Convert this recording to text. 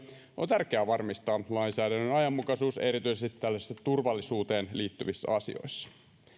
on tärkeää varmistaa lainsäädännön ajanmukaisuus erityisesti tällaisissa turvallisuuteen liittyvissä asioissa